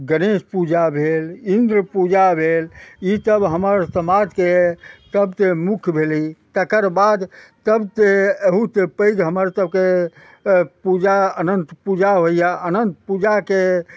गणेश पूजा भेल इन्द्र पूजा भेल ई सब हमर समाजके सबसँ मुख्य भेलय तकर बाद सबसँ एहूसँ पैघ हमर सबके पूजा अनन्त पूजा होइए अनन्त पूजाके